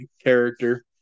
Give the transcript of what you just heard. character